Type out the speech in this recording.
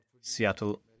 Seattle